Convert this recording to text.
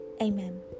Amen